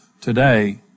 today